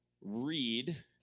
read